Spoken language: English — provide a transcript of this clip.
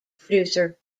producer